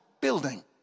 building